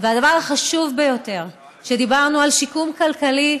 והדבר החשוב ביותר כשדיברנו על שיקום כלכלי,